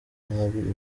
nabi